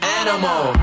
animal